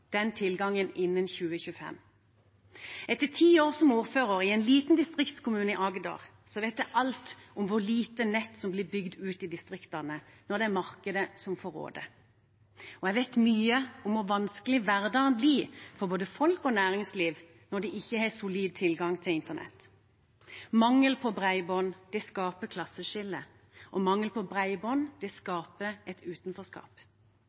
den tilgangen innen 2025. Etter ti år som ordfører i en liten distriktskommune i Agder vet jeg alt om hvor lite nett som blir bygd ut i distriktene når det er markedet som får råde, og jeg vet mye om hvor vanskelig hverdagen blir for både folk og næringsliv når de ikke har solid tilgang til internett. Mangel på bredbånd skaper klasseskiller, og mangel på bredbånd skaper et utenforskap.